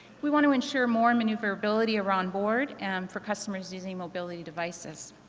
we want to ensure more and maneuverability around board and for customers using mobility devices.